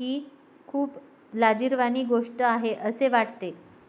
ही खूप लाजिरवाणी गोष्ट आहे असे वाटते